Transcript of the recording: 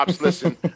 Listen